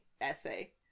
essay